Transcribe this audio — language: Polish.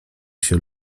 się